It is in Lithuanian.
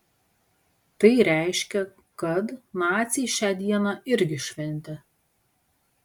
tai reiškia kad naciai šią dieną irgi šventė